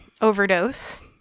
overdose